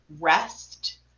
rest